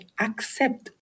accept